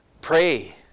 Pray